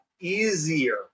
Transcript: easier